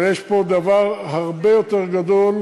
אבל יש פה דבר הרבה יותר גדול,